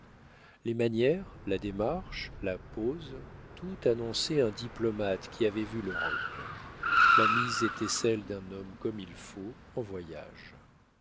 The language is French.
les manières la démarche la pose tout annonçait un diplomate qui avait vu l'europe la mise était celle d'un homme comme il faut en voyage